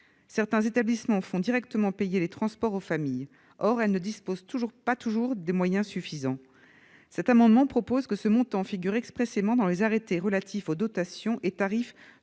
Certains établissements font directement payer les transports aux familles. Or ces dernières ne disposent pas toujours des moyens suffisants. Cet amendement vise à prévoir que ce montant figure expressément dans les arrêtés relatifs aux dotations et tarifs